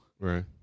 Right